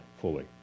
fully